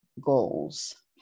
goals